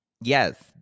Yes